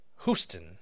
Houston